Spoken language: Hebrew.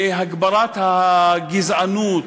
להגברת הגזענות